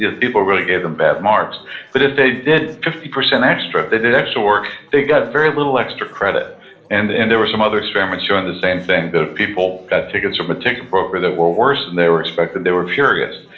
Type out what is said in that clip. people really gave them bad marks but if they did fifty percent extra, if they did extra work, they got very little extra credit and and there were some other experiments showing the same thing, that if people got tickets from a ticket broker that were worse than they were expecting, they were furious.